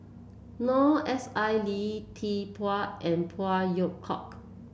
Noor S I Lee Tzu Pheng and Phey Yew Kok